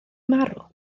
marw